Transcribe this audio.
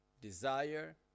desire